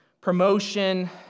promotion